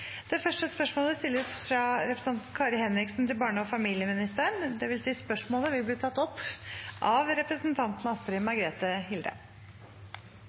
fra representanten Kari Henriksen til barne- og familieministeren, vil bli tatt opp av representanten Astrid Margrethe Hilde.